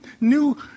new